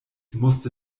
musste